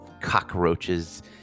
cockroaches